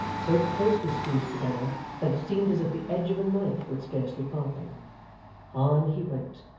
so closely squeezed together that it seemed as if the edge of a knife would scarcely part them on he went,